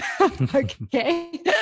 Okay